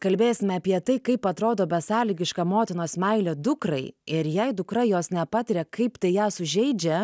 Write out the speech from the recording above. kalbėsime apie tai kaip atrodo besąlygiška motinos meilė dukrai ir jei dukra jos nepatiria kaip tai ją sužeidžia